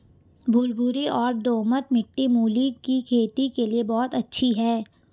भुरभुरी और दोमट मिट्टी मूली की खेती के लिए बहुत अच्छी है